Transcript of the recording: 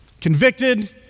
convicted